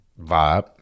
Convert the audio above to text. Vibe